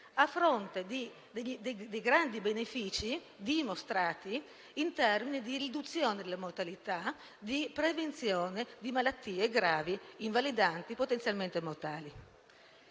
a fronte dei grandi benefici dimostrati in termini di riduzione della mortalità e di prevenzione di malattie gravi, invalidanti e potenzialmente mortali.